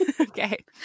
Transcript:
Okay